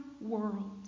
world